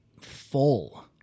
full